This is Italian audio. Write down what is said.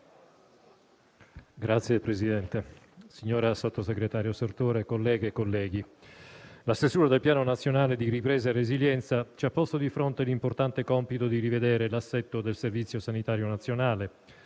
Signor Presidente, signora sottosegretario Sartore, colleghe e colleghi, la stesura del Piano nazionale di ripresa e resilienza ci ha posto di fronte l'importante compito di rivedere l'assetto del Servizio sanitario nazionale